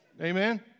Amen